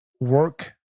work